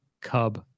cub